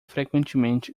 frequentemente